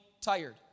tired